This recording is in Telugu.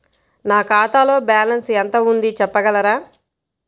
నా ఖాతాలో బ్యాలన్స్ ఎంత ఉంది చెప్పగలరా?